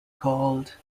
called